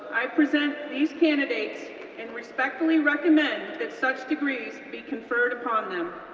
i present these candidates and respectfully recommend that such degrees be conferred upon them.